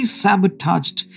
sabotaged